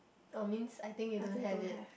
oh means I think you don't have it